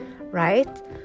Right